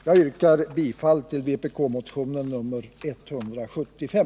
Jag yrkar bifall till vpk-motionen 175.